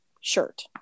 shirt